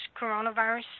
coronavirus